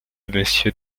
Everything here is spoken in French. monsieur